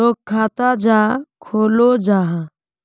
लोग खाता चाँ खोलो जाहा?